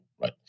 right